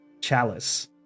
chalice